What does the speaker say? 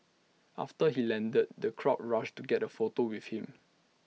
after he landed the crowds rushed to get A photo with him